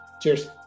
Cheers